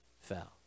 fell